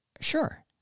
sure